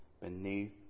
beneath